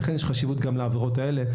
לכן יש חשיבות גם לעבירות האלה.